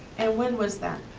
and when was that?